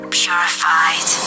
purified